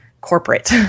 corporate